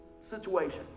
situation